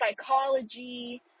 psychology